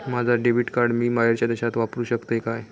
माझा debit card मी बाहेरच्या देशात वापरू शकतय काय?